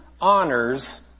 Honors